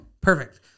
perfect